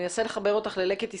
אני אנסה לחבר אותך ל'לקט ישראל'